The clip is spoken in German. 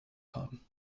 haben